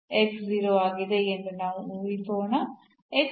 0 ಆಗಿದೆ ಎಂದು ನಾವು ಊಹಿಸೋಣ